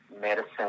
medicine